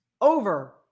over